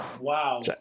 Wow